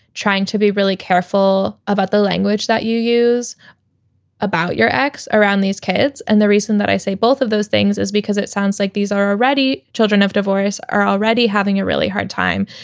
trying to be really careful about the language that you use about your ex around these kids. and the reason that i say both of those things is because it sounds like these are already children of divorce, are already having a really hard time.